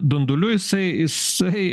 dunduliu jisai jisai